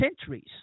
centuries